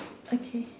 okay